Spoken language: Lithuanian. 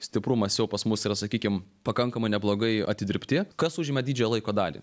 stiprumas jau pas mus yra sakykim pakankamai neblogai atidirbti kas užima didžiąją laiko dalį